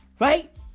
Right